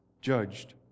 judged